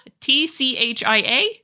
T-C-H-I-A